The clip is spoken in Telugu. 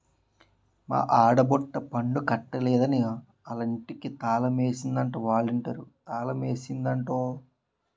మా ఆడబొట్టి పన్ను కట్టలేదని ఆలింటికి తాలమేసిందట ఒలంటీరు తాలమేసిందట ఓ